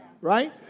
Right